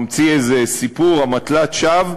ממציא איזה סיפור, אמתלת שווא,